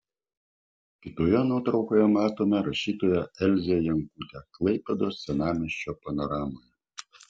kitoje nuotraukoje matome rašytoją elzę jankutę klaipėdos senamiesčio panoramoje